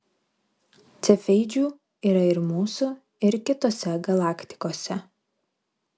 cefeidžių yra ir mūsų ir kitose galaktikose